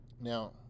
Now